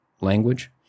language